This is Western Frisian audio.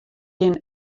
jin